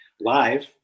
live